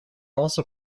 also